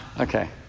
okay